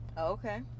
Okay